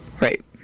Right